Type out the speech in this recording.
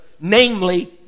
namely